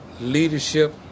leadership